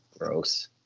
Gross